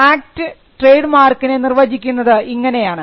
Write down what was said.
act trade മാർക്കിനെ നിർവചിക്കുന്നത് ഇങ്ങനെയാണ്